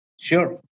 Sure